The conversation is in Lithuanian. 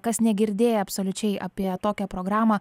kas negirdėjo absoliučiai apie tokią programą